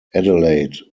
adelaide